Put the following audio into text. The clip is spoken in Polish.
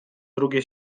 drugie